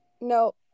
no